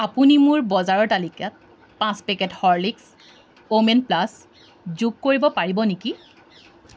আপুনি মোৰ বজাৰৰ তালিকাত পাঁচ পেকেট হৰ্লিক্ছ ৱোমেন প্লাছ যোগ কৰিব পাৰিব নেকি